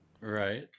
Right